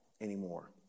anymore